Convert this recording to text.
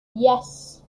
yes